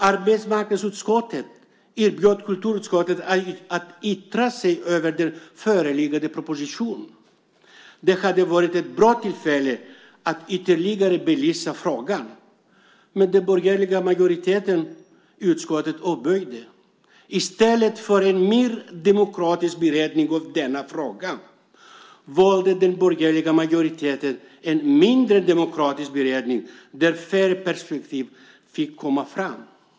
Arbetsmarknadsutskottet erbjöd kulturutskottet att yttra sig över den föreliggande propositionen. Det hade varit ett bra tillfälle att ytterligare belysa frågan. Men den borgerliga majoriteten i utskottet avböjde. I stället för en mer demokratisk beredning av denna fråga, valde den borgerliga majoriteten en mindre demokratisk beredning där färre perspektiv fick komma fram.